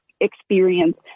experience